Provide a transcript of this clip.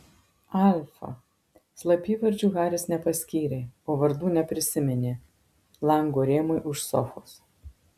alfa slapyvardžių haris nepaskyrė o vardų neprisiminė lango rėmui už sofos